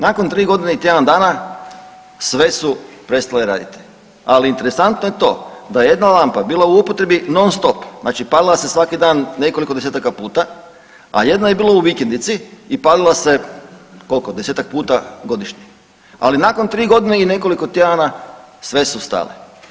Nakon 3 godine i tjedan dana sve su prestale raditi ali interesantno je i to da jedna lampa bila u upotrebi non stop znači palila se svaki dan nekoliko desetaka puta, a jedna je bila u vikendici i palila se, koliko, desetaka puta godišnje, ali nakon 3 godine i nekoliko tjedana sve su stale.